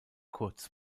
kurz